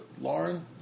Lauren